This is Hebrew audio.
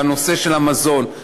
בנושא של המזון,